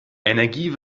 energie